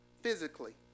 physically